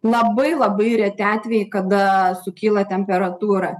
labai labai reti atvejai kada sukyla temperatūra